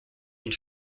und